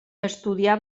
estudià